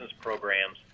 programs